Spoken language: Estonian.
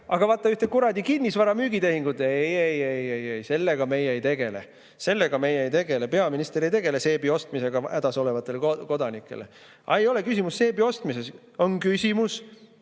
Aga ühte kuradi kinnisvara müügi tehingut – ei‑ei‑ei, sellega meie ei tegele, sellega meie ei tegele, peaminister ei tegele seebi ostmisega hädas olevatele kodanikele. Aga ei ole küsimus seebi ostmises. Küsimus